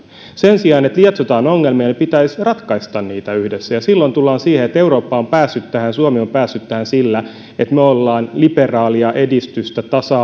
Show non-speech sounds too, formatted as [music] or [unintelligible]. sen sijaan että lietsotaan ongelmia pitäisi ratkaista niitä yhdessä silloin tullaan siihen että eurooppa on päässyt tähän suomi on päässyt tähän sillä että me olemme liberaalia edistystä tasa [unintelligible]